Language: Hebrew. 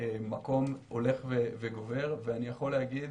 מקום הולך וגובר, ואני יכול להגיד